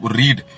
read